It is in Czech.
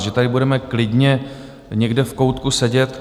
Že tady budeme klidně někde v koutku sedět?